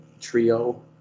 trio